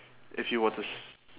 if you were to s~